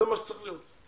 זה מה שצריך להיות.